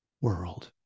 world